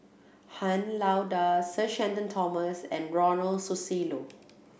Han Lao Da Sir Shenton Thomas and Ronald Susilo